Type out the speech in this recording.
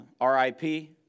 R-I-P